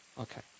Okay